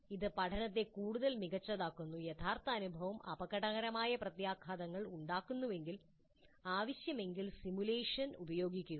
ഇത് പഠനത്തെ കൂടുതൽ മികച്ചതാക്കുന്നു യഥാർത്ഥ അനുഭവം അപകടകരമായ പ്രത്യാഘാതങ്ങൾ ഉണ്ടാക്കുന്നുവെങ്കിൽ ആവശ്യമെങ്കിൽ സിമുലേഷൻ ഉപയോഗിക്കുക